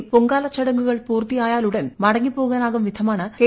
ഉച്ചക്ക് പൊങ്കാല ചടങ്ങുകൾ പൂർത്തിയായാലുടൻ മടങ്ങിപ്പോകാനാകും വിധമാണ് കെ